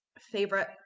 favorite